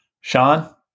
Sean